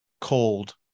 cold